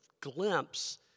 glimpse